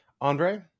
Andre